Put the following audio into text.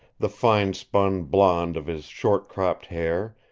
the fine-spun blond of his short-cropped hair,